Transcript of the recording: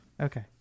Okay